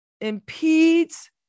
impedes